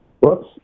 Whoops